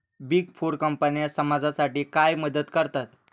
Big four कंपन्या समाजासाठी काय मदत करतात?